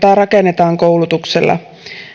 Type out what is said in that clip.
rakennetaan koulutuksella